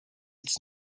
its